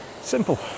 Simple